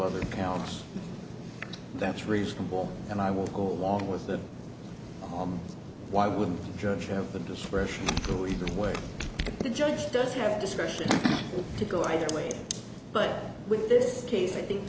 other counts that's reasonable and i will go along with that why wouldn't the judge have the discretion to either way the judge does have discretion to go either way but with this case if th